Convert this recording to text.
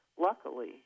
Luckily